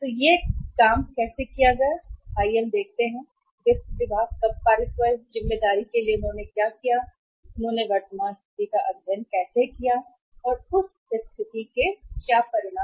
तो यह कैसे काम किया गया और आइए हम देखते हैं कि वित्त विभाग कब पारित हुआ इस जिम्मेदारी पर उन्होंने क्या किया और उन्होंने वर्तमान स्थिति का अध्ययन कैसे किया और क्या है उस स्थिति के परिणाम